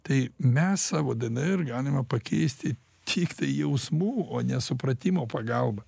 tai mes savo dnr galime pakeisti tiktai jausmų o ne supratimo pagalba